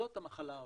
זאת המחלה ההולנדית.